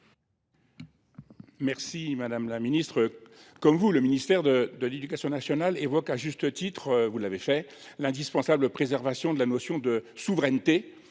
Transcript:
Merci Madame la Ministre. Comme vous, le ministère de l'Education nationale évoque à juste titre, vous l'avez fait, l'indispensable préservation de la notion de souveraineté,